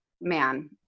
man